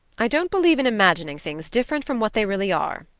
i don't believe in imagining things different from what they really are,